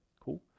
cool